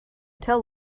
tell